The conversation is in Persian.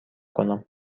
کنم